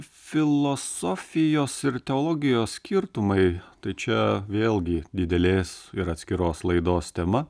filosofijos ir teologijos skirtumai tai čia vėlgi didelės ir atskiros laidos tema